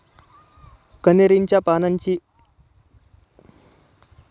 कन्हेरी च्या पानांची लांबी चार ते सहा इंचापर्यंत असते